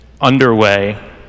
underway